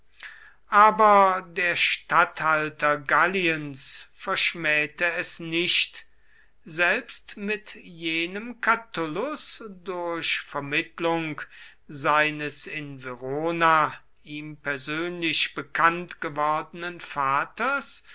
aber der statthalter galliens verschmähte es nicht selbst mit jenem catullus durch vermittlung seines in verona ihm persönlich bekannt gewordenen vaters